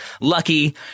lucky